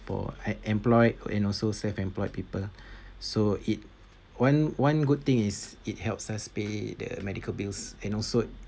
for employed and also self employed people lah so it one one good thing is it helps us pay the medical bills and also